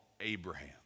Abraham